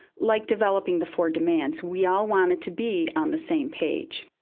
like developing the four demands. we all wanted to be on the same page.